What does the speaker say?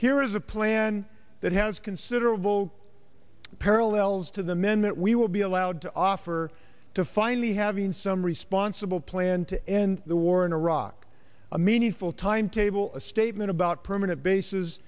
here is a plan that has considerable parallels to the men that we will be allowed to offer to finally having some responsible plan to end the war in iraq a meaningful timetable a statement about permanent bas